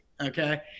okay